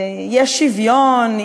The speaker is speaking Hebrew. יש שוויון,